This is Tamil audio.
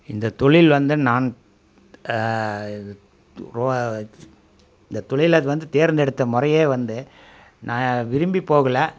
இந்த தொழில் வந்து நான் இந்த தொழிலை வந்து தேர்ந்தெடுத்த முறையே வந்து நான் விரும்பி போகலை